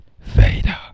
vader